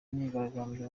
myigaragambyo